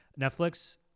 Netflix